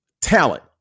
talent